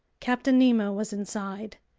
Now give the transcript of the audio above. captain nemo was inside.